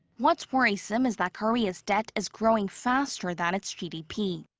what's worrisome is that korea's debt is growing faster than its gdp.